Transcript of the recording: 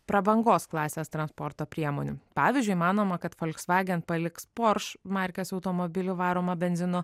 prabangos klasės transporto priemonių pavyzdžiui manoma kad volksvagen paliks porš markės automobilį varomą benzinu